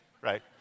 right